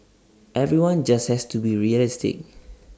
everyone just has to be realistic